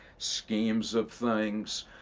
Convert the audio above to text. schemes of things.